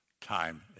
Time